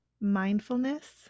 Mindfulness